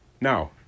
Now